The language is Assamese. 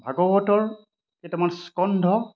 ভাগৱতৰ কেইটামান স্কন্ধ